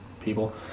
people